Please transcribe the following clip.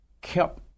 kept